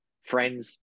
friends